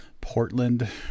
Portland